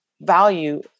value